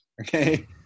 okay